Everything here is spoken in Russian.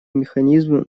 механизм